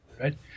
right